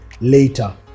later